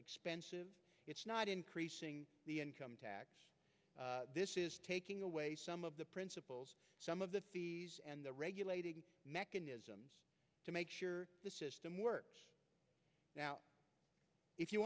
expensive it's not increasing the income tax taking away some of the principals some of the fees and the regulating mechanisms to make sure the system works now if you